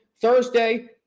Thursday